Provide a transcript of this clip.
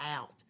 out